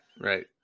right